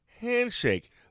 handshake